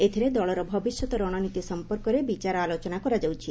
ଏଥିରେ ଦଳର ଭବିଷ୍ୟତ ରଣନୀତି ସମ୍ପର୍କରେ ବିଚାର ଆଲୋଚନା କରାଯାଉଛି